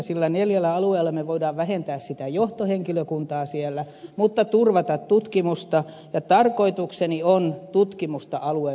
sillä neljällä alueella me voimme vähentää sitä johtohenkilökuntaa siellä mutta turvata tutkimusta ja tarkoitukseni on tutkimusta alueella vahvistaa